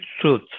truth